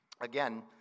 Again